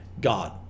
God